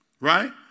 right